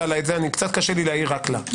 עוזה את זה, קשה לי להעיר רק לה.